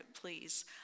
please